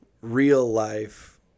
real-life